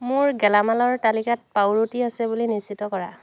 মোৰ গেলামালৰ তালিকাত পাওৰুটী আছে বুলি নিশ্চিত কৰা